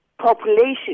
population